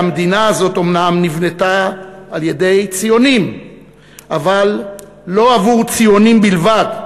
שהמדינה הזאת אומנם נבנתה על-ידי ציונים אבל לא עבור ציונים בלבד,